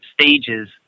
stages